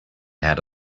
had